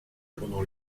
pendant